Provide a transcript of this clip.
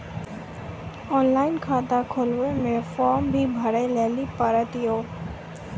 Online खाता खोलवे मे फोर्म भी भरे लेली पड़त यो?